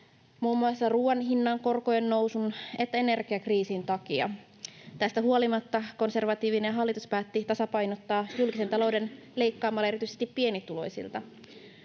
muun muassa ruuan hinnan, korkojen nousun ja energiakriisin takia. Tästä huolimatta konservatiivinen hallitus päätti tasapainottaa julkisen talouden leikkaamalla erityisesti pienituloisilta.